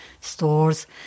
stores